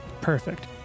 Perfect